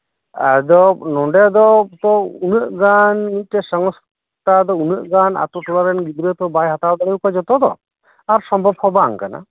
ᱟᱫᱚ ᱱᱚᱰᱮ ᱫᱚ ᱩᱱᱟᱹᱜ ᱜᱟᱱ ᱢᱤᱫᱴᱮᱱ ᱥᱚᱝᱥᱛᱟ ᱩᱱᱟᱹᱜ ᱜᱟᱱ ᱟᱛᱳ ᱴᱚᱞᱟᱨᱮᱱ ᱜᱤᱫᱽᱨᱟᱹ ᱛᱚ ᱵᱟᱭ ᱦᱟᱛᱟᱣ ᱫᱟᱲᱮᱭᱟᱠᱩᱣᱟ ᱡᱚᱛᱚ ᱫᱚ ᱟᱨ ᱥᱚᱢᱵᱷᱚᱵ ᱦᱚᱸ ᱵᱟᱝ ᱠᱟᱱᱟ